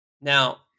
Now